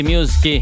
Music